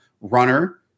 runner